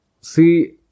See